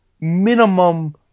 minimum